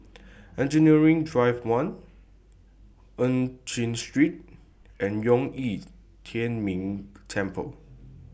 Engineering Drive one EU Chin Street and Zhong Yi Tian Ming Temple